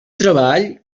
treball